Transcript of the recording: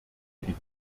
die